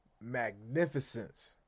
magnificence